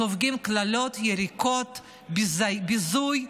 סופגים קללות, יריקות, ביזוי,